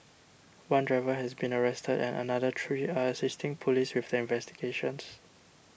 one driver has been arrested and another three are assisting police with their investigations